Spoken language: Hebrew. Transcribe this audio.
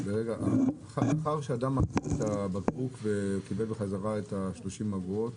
אדם שהחזיר את הבקבוק וקיבל בחזרה את ה-30 אגורות,